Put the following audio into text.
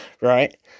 Right